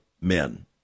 men